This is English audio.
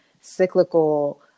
cyclical